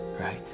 right